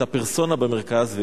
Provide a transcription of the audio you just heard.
את הפרסונה במרכז.